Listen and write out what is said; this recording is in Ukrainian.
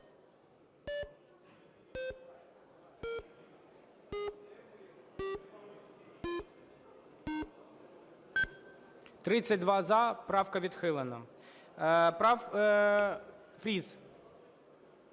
32 – за. Правка відхилена. Фріз.